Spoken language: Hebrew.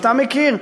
אתה מכיר,